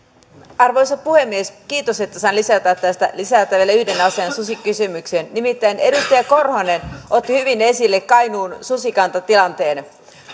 arvoisa puhemies kiitos että sain lisätä vielä yhden asian susikysymyksen nimittäin edustaja korhonen otti hyvin esille kainuun susikantatilanteen